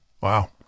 wow